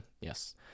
Yes